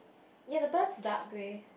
ya the duck is dark grey